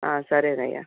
సరేనయ్యా